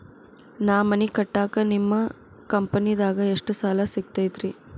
ನಾ ಮನಿ ಕಟ್ಟಾಕ ನಿಮ್ಮ ಕಂಪನಿದಾಗ ಎಷ್ಟ ಸಾಲ ಸಿಗತೈತ್ರಿ?